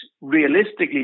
realistically